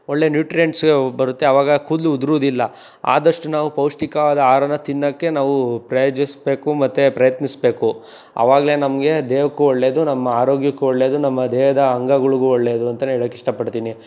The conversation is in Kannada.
ಒಳ್ಳೆ ನ್ಯೂಟ್ರಿಯೆಂಟ್ಸು ಬರುತ್ತೆ ಅವಾಗ ಕೂದಲು ಉದ್ರೂದಿಲ್ಲ ಆದಷ್ಟು ನಾವು ಪೌಷ್ಟಿಕವಾದ ಆಹಾರನ ತಿನ್ನೊಕ್ಕೆ ನಾವು ಪ್ರಯೋಜಿಸಬೇಕು ಮತ್ತೆ ಪ್ರಯತ್ನಿಸಬೇಕು ಅವಾಗಲೆ ನಮಗೆ ದೇಹಕ್ಕೂ ಒಳ್ಳೇದು ನಮ್ಮ ಆರೋಗ್ಯಕ್ಕೂ ಒಳ್ಳೇದು ನಮ್ಮ ದೇಹದ ಅಂಗಗಳಿಗೂ ಒಳ್ಳೇದು ಅಂತೆಯೇ ಹೇಳೋಕ್ಕೆ ಇಷ್ಟಪಡ್ತೀನಿ